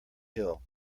hill